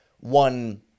one